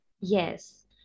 Yes